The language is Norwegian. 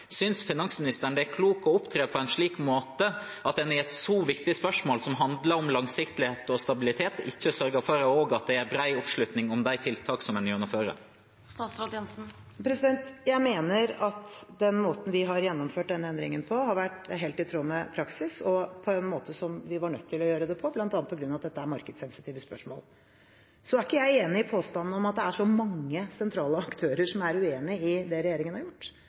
Synes finansministeren det er klokt å opptre på en slik måte at en i et så viktig spørsmål, som handler om langsiktighet og stabilitet, ikke sørger for at det også er bred oppslutning om de tiltak som en gjennomfører? Jeg mener at den måten vi har gjennomført denne endringen på, har vært helt i tråd med praksis og på den måten vi var nødt til å gjøre det på, bl.a. på grunn av at dette er markedssensitive spørsmål. Så er ikke jeg enig i påstanden om at det er så mange sentrale aktører som er uenig i det regjeringen har gjort.